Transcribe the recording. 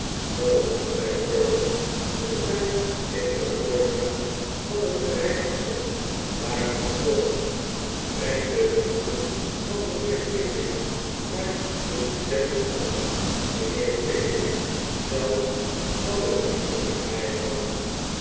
lowten zei perker toen zij in de voorzaal van het gerechtshof waren gekomen breng de vrienden van mijnheer pickwick naar de studentenbank mijnheer pickwick zelf zal ik liever bij mij houden